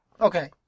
okay